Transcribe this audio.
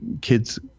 kids